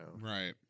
right